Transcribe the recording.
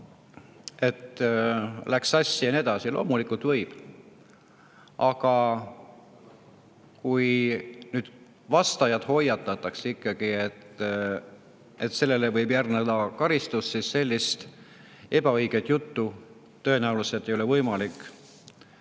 et läks sassi ja nii edasi – loomulikult võib. Aga kui nüüd vastajat hoiatatakse, et sellele võib järgneda karistus, siis sellist ebaõiget juttu tõenäoliselt ei ole võimalik